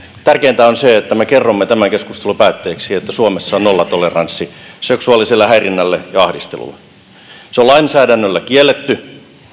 tärkeintä on se että me kerromme tämän keskustelun päätteeksi että suomessa on nollatoleranssi seksuaaliselle häirinnälle ja ahdistelulle se on lainsäädännöllä kielletty